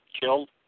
killed